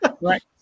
Right